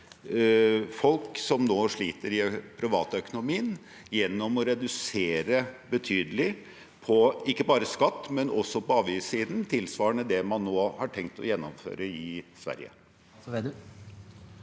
folk som nå sliter med privatøkonomien, gjennom å redusere betydelig på ikke bare skattesiden, men også på avgiftssiden, tilsvarende det man nå har tenkt å gjennomføre i Sverige?